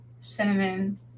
cinnamon